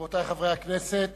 רבותי חברי הכנסת,